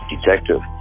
detective